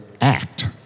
act